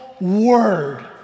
word